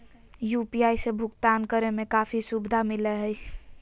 UPI से भुकतान करे में काफी सुबधा मिलैय हइ